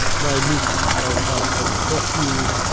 my mists i'll have of perfume,